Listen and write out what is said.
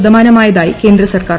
ശതമാനമായതായി കേന്ദ്ര സർക്കാർ